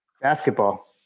basketball